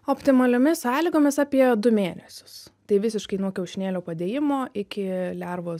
optimaliomis sąlygomis apie du mėnesius tai visiškai nuo kiaušinėlio padėjimo iki lervos